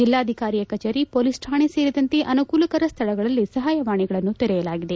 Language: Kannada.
ಜಿಲ್ಲಾಧಿಕಾರಿ ಕಚೇರಿ ಷೊಲೀಸ್ ಠಾಣೆ ಸೇರಿದಂತೆ ಅನುಕೂಲಕರ ಸ್ವಳಗಳಲ್ಲಿ ಸಹಾಯವಾಣಿಗಳನ್ನು ತೆರೆಯಲಾಗಿದೆ